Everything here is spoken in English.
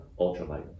ultralight